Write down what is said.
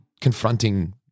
confronting